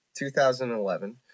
2011